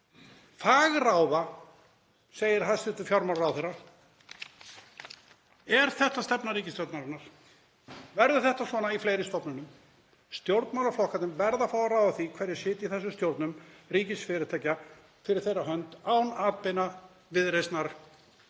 Fagráða, segir hæstv. fjármálaráðherra. Er þetta stefna ríkisstjórnarinnar? Verður þetta svona í fleiri stofnunum? Stjórnmálaflokkarnir verða að fá að ráða því hverjir sitja í þessum stjórnum ríkisfyrirtækja fyrir þeirra hönd án atbeina Viðreisnar